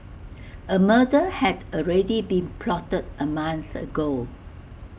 A murder had already been plotted A month ago